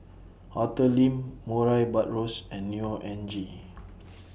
Arthur Lim Murray Buttrose and Neo Anngee